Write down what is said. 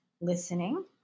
listening